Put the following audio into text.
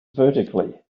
vertically